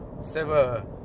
sever